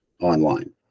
online